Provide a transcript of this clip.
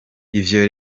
ivyo